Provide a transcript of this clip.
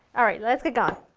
alright, let's get going.